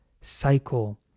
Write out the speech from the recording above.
cycle